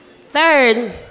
Third